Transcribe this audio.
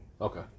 Okay